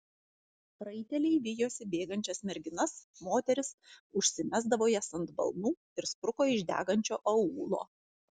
raiteliai vijosi bėgančias merginas moteris užsimesdavo jas ant balnų ir spruko iš degančio aūlo